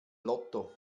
lotto